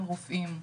על רופאים.